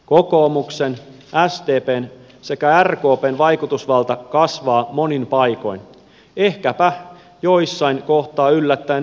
kokoomuksen sdpn sekä rkpn vaikutusvalta kasvaa monin paikoin ehkäpä joissain kohtaa yllättäen myös perussuomalaisten